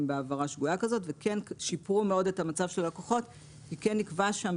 בהעברה שגויה כזאת וכן שיפרו מאוד את המצב של הלקוחות כי כן נקבע שם,